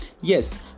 Yes